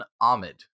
Ahmed